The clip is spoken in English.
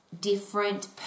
different